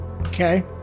Okay